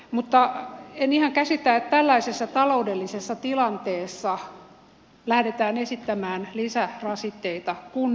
mutta en ihan käsitä että tällaisessa taloudellisessa tilanteessa lähdetään esittämään lisärasitteita kunnille